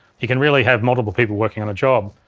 you can really have multiple people working on a job.